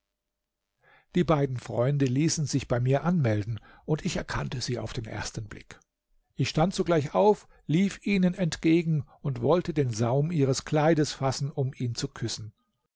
die beiden freunde ließen sich bei mir anmelden und ich erkannte sie auf den ersten blick ich stand sogleich auf lief ihnen entgegen und wollte den saum ihres kleides fassen um ihn zu küssen